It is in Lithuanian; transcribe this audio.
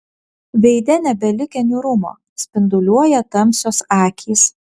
veide nebelikę niūrumo spinduliuoja tamsios akys